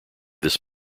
this